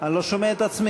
אני לא שומע את עצמי.